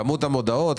כמות המודעות?